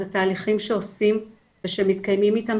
זה תהליכים שעושים ושמתקיימים איתם.